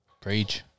Preach